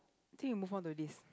think we move on to this